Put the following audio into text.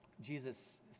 Jesus